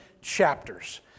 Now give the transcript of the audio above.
chapters